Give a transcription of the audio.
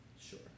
Sure